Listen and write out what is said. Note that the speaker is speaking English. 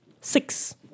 Six